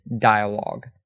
dialogue